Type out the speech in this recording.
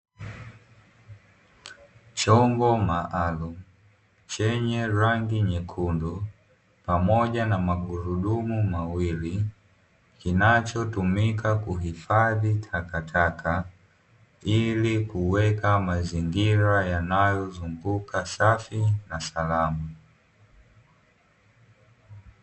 Chombo maalumu chenye rangi nyekundu pamoja na magurudumu mawili, kinachotumika kuhifadhi takataka ili kuweka mazingira yanayozunguka safi na salama.